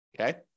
okay